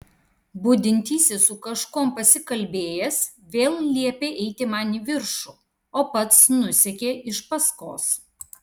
budintysis su kažkuom pasikalbėjęs vėl liepė eiti man į viršų o pats nusekė iš paskos